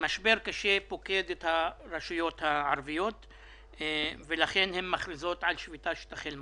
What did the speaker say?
משבר קשה פוקד את הרשויות הערביות ולכן הן מכריזות על שביתה שתחל מחר.